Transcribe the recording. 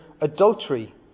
adultery